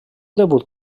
debut